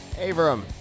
Abram